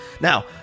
Now